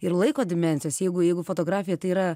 ir laiko dimensijos jeigu jeigu fotografija tai yra